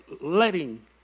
letting